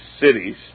cities